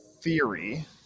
theory